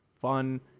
fun